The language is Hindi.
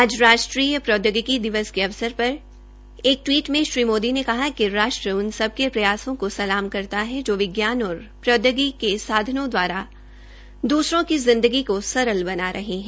आज राष्ट्रीय प्रोदयोगिकी दिवस के अवसर पर एक टवीट में श्री मोदी ने कहा कि राष्ट्र उन सभी की प्रयासों को सलाम करता है जो विज्ञान और प्रौद्योगिकी के साधनों दवारा दूसरों की जिदंगी को सरल बना रहे है